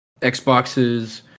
Xboxes